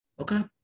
Okay